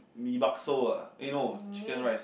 Mee-Bakso ah eh no Chicken Rice